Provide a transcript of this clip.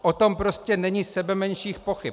O tom prostě není sebemenších pochyb.